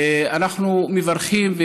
אנחנו מברכים,